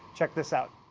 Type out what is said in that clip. check this out.